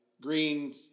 green